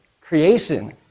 Creation